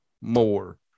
more